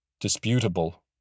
disputable